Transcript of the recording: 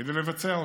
כדי לבצע אותו,